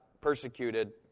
persecuted